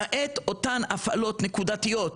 למעט אותן הפעלות נקודתיות,